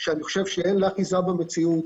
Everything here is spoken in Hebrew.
שאני חושב שאין לה אחיזה במציאות.